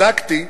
בדקתי,